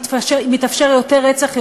מתאפשר יותר רצח,